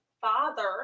Father